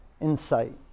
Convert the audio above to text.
insight